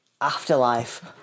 afterlife